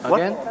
Again